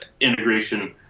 integration